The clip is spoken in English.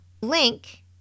link